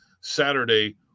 Saturday